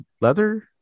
leather